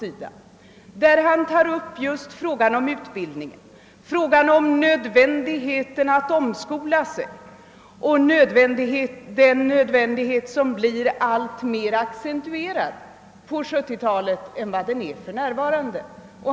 Han behandlar just frågan om utbildningen, nödvändigheten av att omskola sig, som blir alltmer accentuerad på 1970-talet.